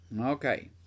Okay